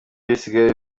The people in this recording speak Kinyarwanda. bisigaye